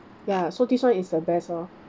ya so this one is the best lor